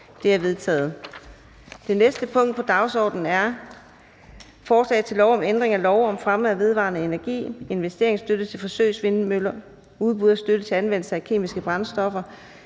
Det er vedtaget. --- Det næste punkt på dagsordenen er: 7) 1. behandling af lovforslag nr. L 23: Forslag til lov om ændring af lov om fremme af vedvarende energi. (Investeringsstøtte til forsøgsvindmøller, udbud af støtte til anvendelse af kemiske brændstoffer